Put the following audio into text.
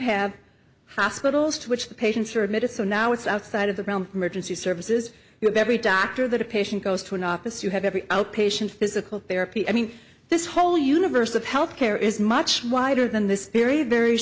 have hospitals to which the patients are admitted so now it's outside of the realm emergency services every doctor that a patient goes to an office you have every outpatient physical therapy i mean this whole universe of health care is much wider than this very very